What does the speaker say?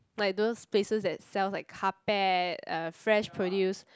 like those places that sell like carpet uh fresh produce